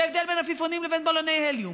והבדל בין עפיפונים לבין בלוני הליום,